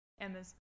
Emma's